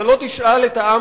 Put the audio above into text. אתה לא תשאל את העם,